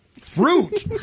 fruit